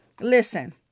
Listen